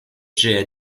ĝia